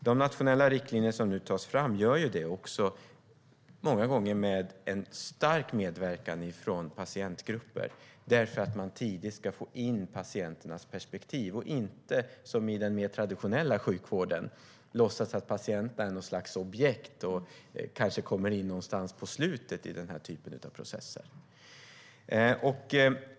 De nationella riktlinjer som nu tas fram gör det också, många gånger med en stark medverkan från patientgrupper, för att man tidigt ska få in patienternas perspektiv och inte, som i den mer traditionella sjukvården, låtsas att patienten är något slags objekt som kanske kommer in någonstans på slutet i den här typen av processer.